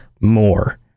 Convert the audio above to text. more